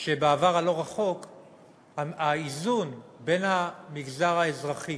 שבעבר הלא-רחוק האיזון בין המגזר האזרחי